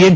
N